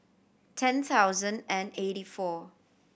ten thousand and eighty four